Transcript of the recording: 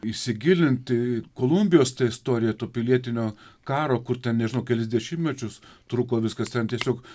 įsigilinti į kolumbijos tą istoriją to pilietinio karo kur ten nežinau kelis dešimtmečius truko viskas ten tiesiog